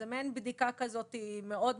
זו מעין בדיקה מסוימת.